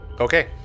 Okay